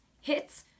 hits